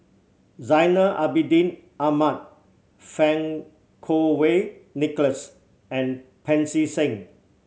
Zainal Abidin Ahmad Fang Kuo Wei Nicholas and Pancy Seng